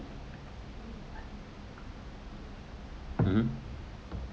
mm